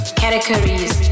categories